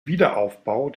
wiederaufbau